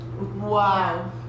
Wow